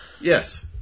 Yes